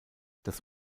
das